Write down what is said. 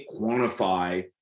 quantify